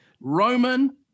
Roman